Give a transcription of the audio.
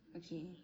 okay